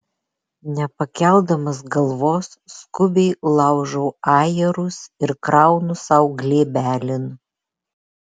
nepakeldamas galvos skubiai laužau ajerus ir kraunu sau glėbelin